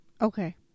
Okay